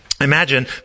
Imagine